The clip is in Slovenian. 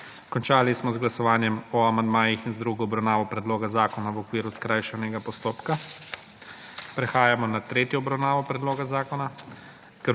Končali smo z glasovanjem o amandmajih z drugo obravnavo predloga zakona v okviru skrajšanega postopka. Prehajamo na **tretjo obravnavo** predloga zakona.